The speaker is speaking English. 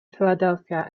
philadelphia